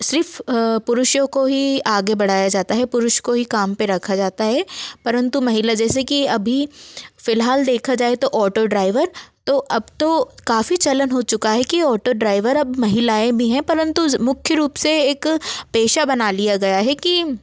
सिर्फ़ पुरुषों को ही आगे बढ़ाया जाता हैं पुरुष को ही काम पर रखा जाता है परन्तु महिला जैसे कि अभी फ़िलहाल देखा जाए तो ऑटो ड्राइवर तो अब तो काफ़ी चलन हो चुका है कि ऑटो ड्राइवर अब महिलाएं भी हैं परन्तु मुख्य रूप से एक पेशा बना लिया गया है कि